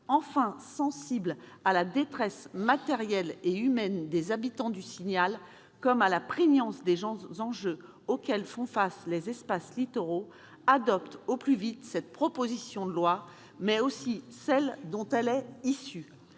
enfin sensibles à la détresse matérielle et humaine des habitants de l'immeuble Le Signal comme à la prégnance des enjeux auxquels font face les espaces littoraux, adoptent au plus vite cette proposition de loi, mais aussi celle dont elle est issue.